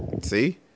See